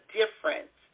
difference